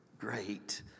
great